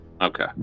Okay